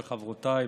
וחברותיי,